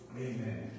amen